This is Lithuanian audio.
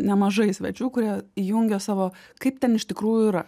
nemažai svečių kurie jungia savo kaip ten iš tikrųjų yra